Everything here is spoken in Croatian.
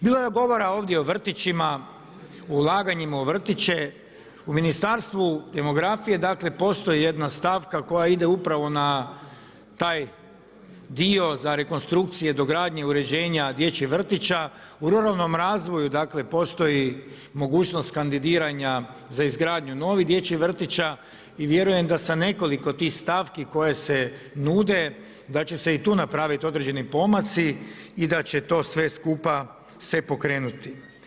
Bilo je govore ovdje o vrtićima, o ulaganjima u vrtiće, u Ministarstvu demografije postoji jedna stavka koja ide upravo na taj dio za rekonstrukcije, dogradnje, uređenja dječjih vrtića, u ruralnom razvoju postoji mogućnost kandidiranja za izgradnju novih dječjih vrtića i vjerujem da sa nekoliko tih stavki koje se nude da će se i tu napraviti određeni pomaci i da će to sve skupa se pokrenuti.